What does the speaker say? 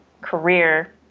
career